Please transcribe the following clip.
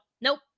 nope